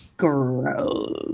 Gross